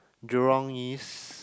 Jurong-East